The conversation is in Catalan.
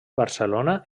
barcelona